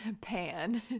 pan